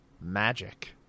magic